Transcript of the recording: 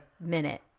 minute